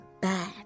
bad